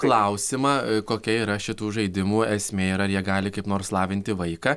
klausimą kokia yra šitų žaidimų esmė ir ar jie gali kaip nors lavinti vaiką